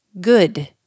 good